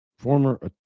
Former